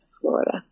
Florida